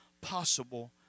possible